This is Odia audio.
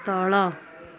ତଳ